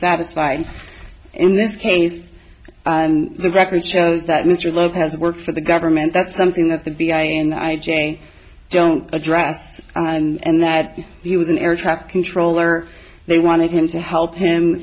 satisfied in this case and the record shows that mr love has worked for the government that's something that the b i and i j don't address and that he was an air traffic controller they wanted him to help him